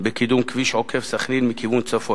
בקידום כביש עוקף-סח'נין מכיוון צפון.